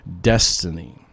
destiny